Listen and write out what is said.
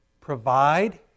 provide